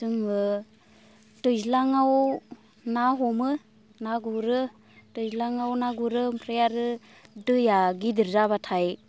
जोङो दैज्लाङाव ना हमो ना गुरो दैज्लाङाव ना गुरो ओमफ्राय आरो दैआ गिदिर जाब्लाथाय